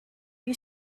you